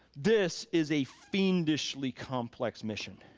this is a fiendishly complex mission.